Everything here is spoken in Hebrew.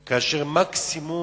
שבע שנים, כאשר מקסימום